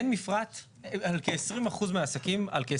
אין מפרט על כ-20% מהעסקים.